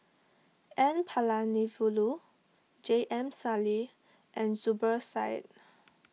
N Palanivelu J M Sali and Zubir Said